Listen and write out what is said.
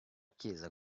chiesa